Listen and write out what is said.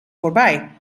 voorbij